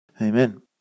Amen